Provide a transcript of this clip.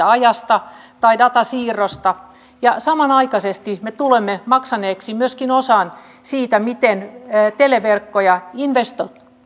ajasta tai datasiirrosta ja samanaikaisesti me tulemme maksaneeksi myöskin osan siitä miten televerkkoja